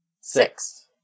six